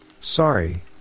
Sorry